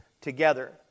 together